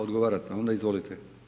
Odgovarate, onda izvolite.